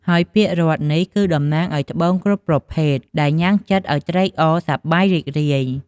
ហើយពាក្យរតន៍នេះ គឺតំណាងឲ្យត្បូងគ្រប់ប្រភេទ ដែលញ៉ាំងចិត្តឲ្យត្រេកអរសប្បាយ រីករាយ។